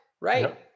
right